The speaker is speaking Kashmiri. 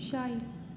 شاے